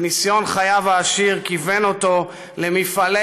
ניסיון חייו העשיר כיוון אותו למפעלי